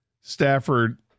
Stafford